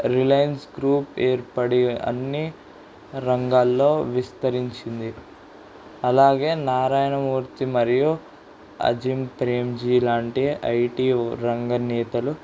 Reliance group ఏర్పడి అన్ని రంగాలలో విస్తరించింది అలాగే నారాయణమూర్తి మరియు అజిమ్ ప్రేమ్ జీ లాంటి ఐటీఓ రంగనేతలు